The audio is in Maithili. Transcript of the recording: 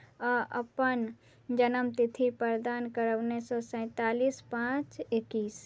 आ अपन जन्म तिथि प्रदान करब उन्नैस सए सैंतालिस पाँच एकैस